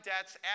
debts